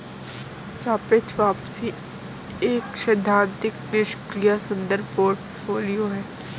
सापेक्ष वापसी एक सैद्धांतिक निष्क्रिय संदर्भ पोर्टफोलियो है